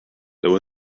there